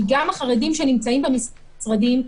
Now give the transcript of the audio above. גם החרדים שנמצאים במשרדים,